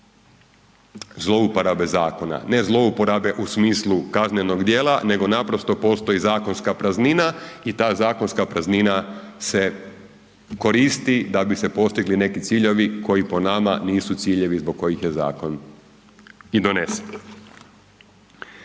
zlouporabe zakona. Ne zlouporabe u smislu kaznenog djela nego naprosto postoji zakonska praznina i ta zakonska praznina se koristi da bi se postigli neki ciljevi koji po nama nisu ciljevi zbog kojih je zakon i donesen.